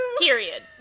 Period